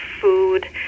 food